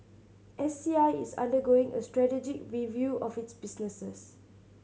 S C I is undergoing a strategic review of its businesses